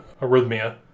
arrhythmia